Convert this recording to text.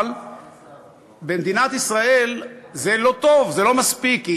אבל במדינת ישראל זה לא טוב, זה לא מספיק.